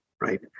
right